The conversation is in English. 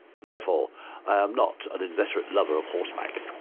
therefore i am not an inveterate lover of horseback.